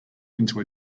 into